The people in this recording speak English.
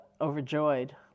overjoyed